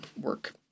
work